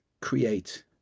create